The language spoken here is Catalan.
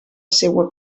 seua